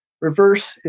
reverse